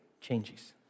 changes